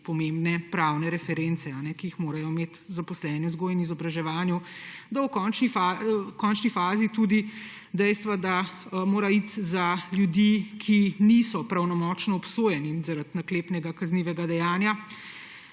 pomembne pravne reference, ki jih morajo imeti zaposleni v vzgoji in izobraževanju. V končni fazi je tudi dejstvo, da mora iti za ljudi, ki niso pravnomočno obsojeni zaradi naklepnega kaznivega dejanja,